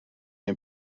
neu